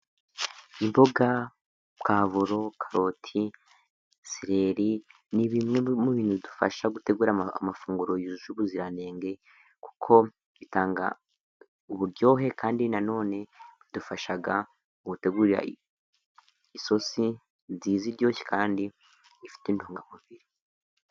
Imboga, pavuro, karoti, sileri ni bimwe mu bintu bidufasha gutegura amafunguro yujuje ubuziranenge, kuko bitanga uburyohe ,kandi nanone bidufasha gutegurira isosi nziza iryoshye kandi ifite intungamubiri.